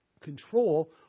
control